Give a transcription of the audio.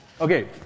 Okay